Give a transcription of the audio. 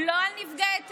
לא על נפגעי טרור,